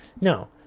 No